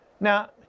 Now